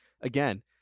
again